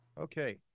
Okay